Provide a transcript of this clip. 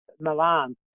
Milan